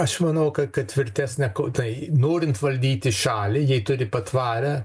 aš manau kad tvirtesnę tai norint valdyti šalį jei turi patvarią